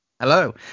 Hello